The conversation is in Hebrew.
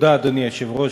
אדוני היושב-ראש,